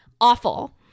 awful